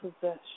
possession